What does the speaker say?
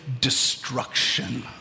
destruction